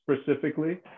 specifically